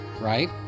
Right